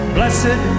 Blessed